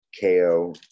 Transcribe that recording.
KO